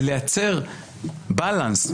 ולייצר "באלאנס"